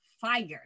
fire